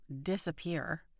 disappear